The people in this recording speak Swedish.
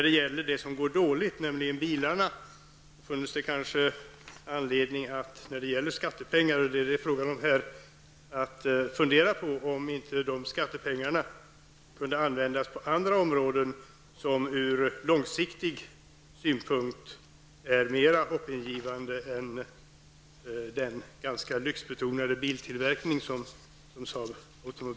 Beträffande det som går dåligt, nämligen bilindustrin, finns det kanske anledning att -- när det är fråga om skattemedel -- fundera över om inte dessa skattepengar skulle kunna användas på andra områden som långsiktigt är mer hoppingivande än den ganska lyxbetonade biltillverkning som Saab